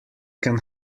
can